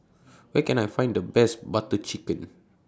Where Can I Find The Best Butter Chicken